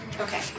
okay